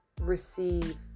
receive